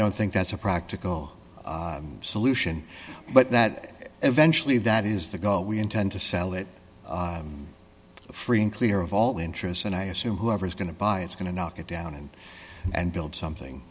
don't think that's a practical solution but that eventually that is the goal we intend to sell it free and clear of all interests and i assume whoever is going to buy it's going to knock it down and and build something